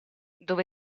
dove